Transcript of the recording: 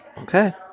okay